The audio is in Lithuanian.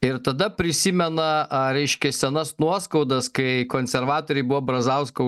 ir tada prisimena reiškia senas nuoskaudas kai konservatoriai buvo brazauską